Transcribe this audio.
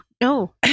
no